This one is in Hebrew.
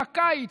בקיץ,